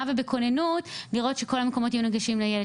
ובכוננות כדי לראות שכל המקומות יהיו נגישים לילד.